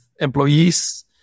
employees